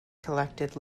collected